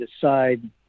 decide